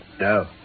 No